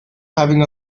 having